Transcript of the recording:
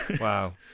Wow